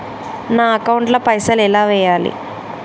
నా అకౌంట్ ల పైసల్ ఎలా వేయాలి?